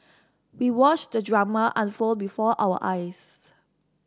we watched the drama unfold before our eyes